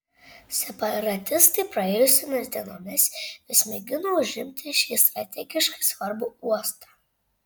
separatistai praėjusiomis dienomis vis mėgino užimti šį strategiškai svarbų uostą